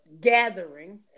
gathering